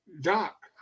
doc